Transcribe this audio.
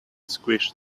squished